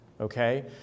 Okay